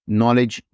knowledge